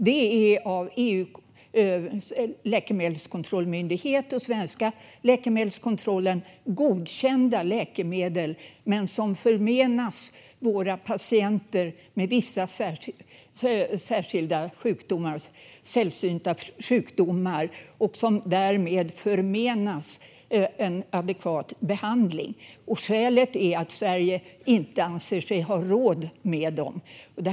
Det är fråga om av EU:s läkemedelskontrollmyndighet och den svenska läkemedelskontrollen godkända läkemedel som förmenas de av våra patienter som har vissa särskilda sällsynta sjukdomar. De förmenas därmed adekvat behandling. Skälet är att Sverige inte anser sig ha råd med dessa läkemedel.